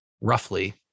roughly